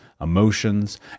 emotions